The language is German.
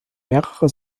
mehrere